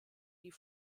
die